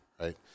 right